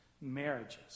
marriages